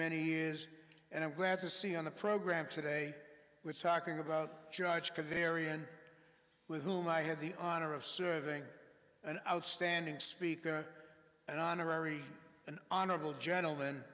many years and i'm glad to see on the program today we're talking about judge varian with whom i had the honor of serving an outstanding speaker and honorary an honorable gentleman